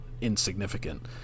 insignificant